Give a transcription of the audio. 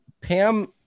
Pam